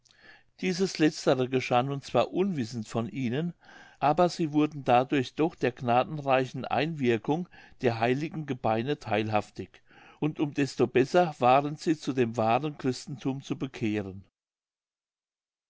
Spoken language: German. dieses letztere geschah nun zwar unwissend von ihnen aber sie wurden dadurch doch der gnadenreichen einwirkung der heiligen gebeine theilhaftig und um desto besser waren sie zu dem wahren christenthum zu bekehren